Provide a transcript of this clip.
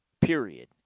period